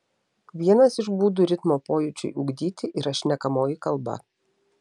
vienas iš būdų ritmo pojūčiui ugdyti yra šnekamoji kalba